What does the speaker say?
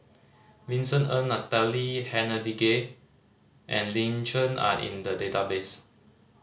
Vincent Ng Natalie Hennedige and Lin Chen are in the database